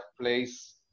place